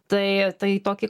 tai tai tokį